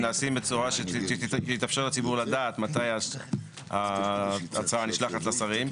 נעשים בצורה שתאפשר לציבור לדעת מתי ההצעה נשלחת לשרים.